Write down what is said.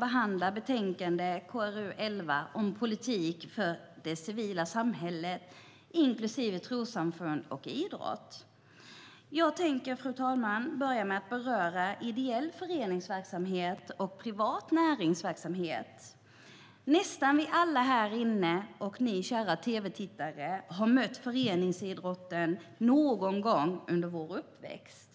behandlar i dag betänkande KrU11, Politik för det civila samhället inklusive idrott och trossamfund . Jag tänker, fru talman, börja med att beröra ideell föreningsverksamhet och privat näringsverksamhet. Nästan alla vi här inne - och ni, kära tv-tittare - har mött föreningsidrotten någon gång under vår uppväxt.